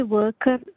worker